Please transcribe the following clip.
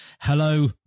hello